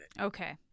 Okay